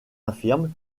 infirme